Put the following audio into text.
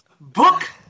book